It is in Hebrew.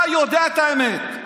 אתה יודע את האמת.